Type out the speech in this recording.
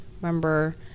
Remember